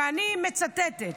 ואני מצטטת: